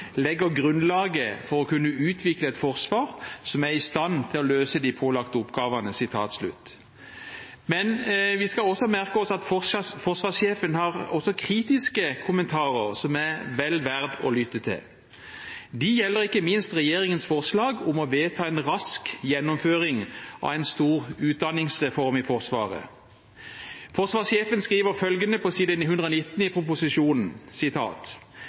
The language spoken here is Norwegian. grunnlaget for å kunne utvikle et forsvar som er i stand til å løse de pålagte oppgavene». Men vi skal også merke oss at forsvarssjefen også har kritiske kommentarer, som er vel verdt å lytte til. De gjelder ikke minst regjeringens forslag om å vedta en rask gjennomføring av en stor utdanningsreform i Forsvaret. Forsvarssjefen skriver følgende, på side 119 i proposisjonen: